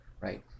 right